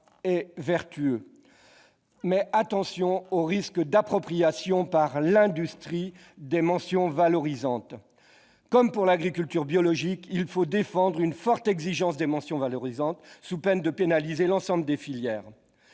est vertueux. Toutefois, un risque d'appropriation par l'industrie pèse sur ces mentions valorisantes. Comme pour l'agriculture biologique, il faut défendre une forte exigence des mentions valorisantes, sous peine de pénaliser l'ensemble des filières.